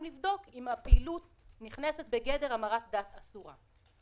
לבדוק אם הפעילות נכנסת בגדר המרת דת אסורה.